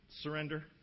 Surrender